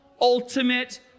ultimate